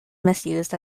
misused